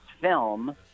film